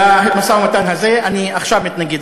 למשא-ומתן הזה, אני עכשיו מתנגד.